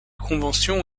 conventions